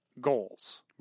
goals